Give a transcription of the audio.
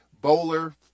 Bowler